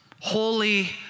Holy